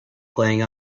playing